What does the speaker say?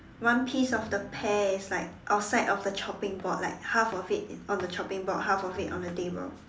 one piece of the pear is like outside of the chopping board like half of it is on the chopping board half of it on the table